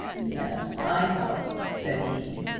yes i know, said he,